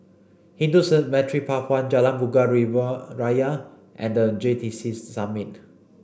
Hindu Cemetery Path one Jalan Bunga Raya and the J T C Summit